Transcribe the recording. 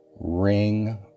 ring